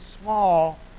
small